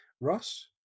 Ross